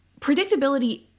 predictability